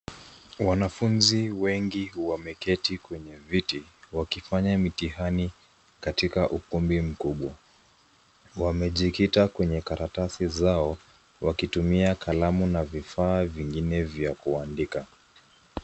Wanafunzi wengi wameketi kwenye viti wakifanya mitihani katika ukumbi mkubwa ,wamejikita kwenye karatasi zao wakitumia kalamu na vifaa vingine vya kuandika.